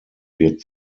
wird